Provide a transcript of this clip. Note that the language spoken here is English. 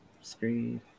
screen